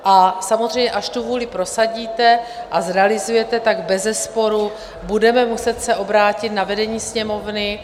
A samozřejmě až tu vůli prosadíte a zrealizujete, tak bezesporu budeme muset se obrátit na vedení Sněmovny.